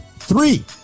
Three